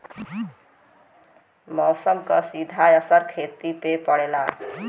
मौसम क सीधा असर खेती पे पड़ेला